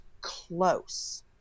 close